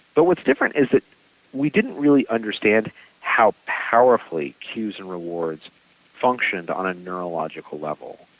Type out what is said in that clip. but what's different is that we didn't really understand how powerfully cues and rewards functioned on a neurological level,